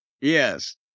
Yes